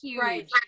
Right